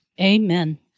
Amen